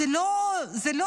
זה לא סחר,